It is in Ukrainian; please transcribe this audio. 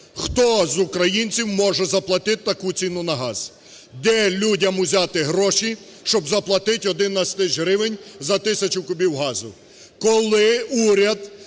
Хто з українців може заплатити таку ціну на газ? Де людям взяти гроші, щоб заплатити 11 тисяч гривень за тисячу кубів газу?